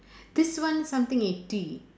this one something eighty